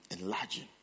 Enlarging